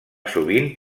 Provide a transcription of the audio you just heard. sovint